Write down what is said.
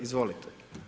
Izvolite.